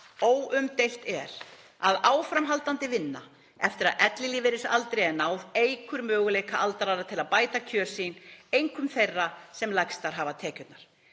Óumdeilt er að áframhaldandi vinna eftir að ellilífeyrisaldri er náð eykur möguleika aldraðra til að bæta kjör sín, einkum þeirra sem lægstar hafa tekjurnar.